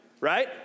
right